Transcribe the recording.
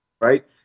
right